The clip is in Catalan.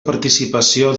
participació